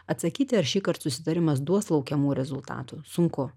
atsakyti ar šįkart susitarimas duos laukiamų rezultatų sunku